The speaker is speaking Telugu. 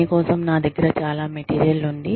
మీ కోసం నా దగ్గర చాలా మెటీరియల్ ఉంది